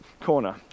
Corner